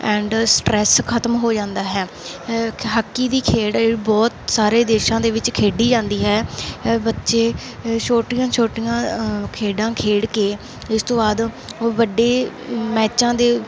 and stress ਖਤਮ ਹੋ ਜਾਂਦਾ ਹੈ ਹਾਕੀ ਦੀ ਖੇਡ ਬਹੁਤ ਸਾਰੇ ਦੇਸ਼ਾਂ ਦੇ ਵਿੱਚ ਖੇਡੀ ਜਾਂਦੀ ਹੈ ਬੱਚੇ ਛੋਟੀਆਂ ਛੋਟੀਆਂ ਖੇਡਾਂ ਖੇਡ ਕੇ ਇਸ ਤੋਂ ਬਾਅਦ ਉਹ ਵੱਡੇ ਮੈਚਾਂ ਦੇ